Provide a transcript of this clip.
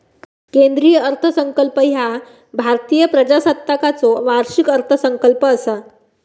केंद्रीय अर्थसंकल्प ह्या भारतीय प्रजासत्ताकाचो वार्षिक अर्थसंकल्प असा